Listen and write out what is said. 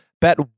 Bet